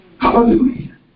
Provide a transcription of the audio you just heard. Hallelujah